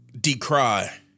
decry